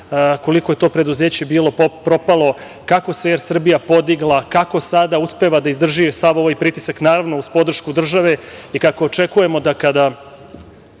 koliko je to preduzeće bilo propalo, kako se „Er Srbija“ podigla, kako sada uspeva da izdrži sav ovaj pritisak, naravno uz podršku države, i kako očekujemo da kada